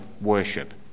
worship